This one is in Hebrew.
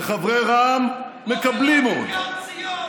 וחברי רע"מ מקבלים עוד.